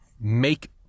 make